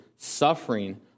suffering